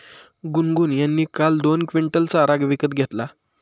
गुनगुन यांनी काल दोन क्विंटल चारा विकत घेतला